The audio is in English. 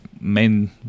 main